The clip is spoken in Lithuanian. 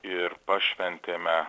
ir pašventėme